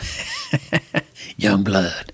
Youngblood